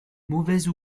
mauvaise